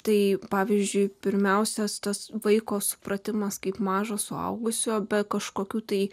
tai pavyzdžiui pirmiausia estus vaiko supratimas kaip mažo suaugusiojo be kažkokių tai